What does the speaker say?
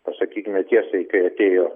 pasakykime tiesai kai atėjo